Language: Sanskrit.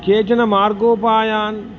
केचन मार्गोपायान्